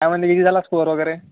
काय म्हणते किती झाला स्कोर वगैरे